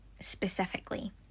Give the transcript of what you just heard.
specifically